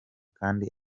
kandi